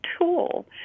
tool